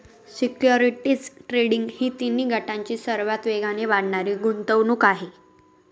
securities trading ही तिन्ही गटांची सर्वात वेगाने वाढणारी गुंतवणूक आहे